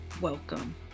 welcome